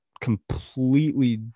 completely